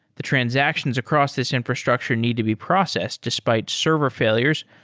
the transactions across this infrastructure need to be processed despite server failures,